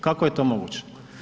Kako je to moguće?